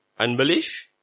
Unbelief